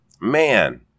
Man